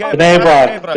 בני ברק.